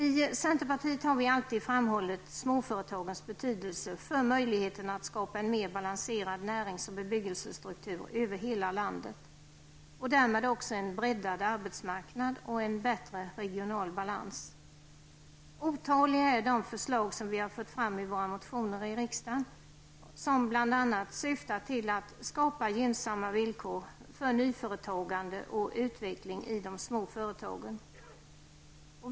I centerpartiet har vi alltid framhållit småföretagens betydelse för möjligheten att skapa en mer balanserad närings och bebyggelsestruktur över hela landet och därmed också en breddad arbetsmarknad och en bättre regional balans. Otaliga är de förslag som vi har fört fram i våra motioner i riksdagen som bl.a. syftar till att skapa gynnsamma villkor för nyföretagande och utveckling i de små företagen.